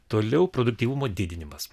toliau produktyvumo didinimas